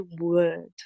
word